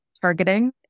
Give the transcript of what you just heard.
targeting